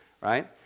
right